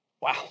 Wow